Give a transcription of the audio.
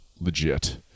legit